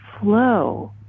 flow